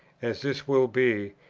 as this will be,